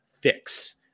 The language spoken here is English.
fix